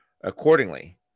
accordingly